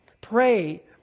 Pray